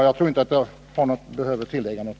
Jag tror inte att jag behöver tillägga något.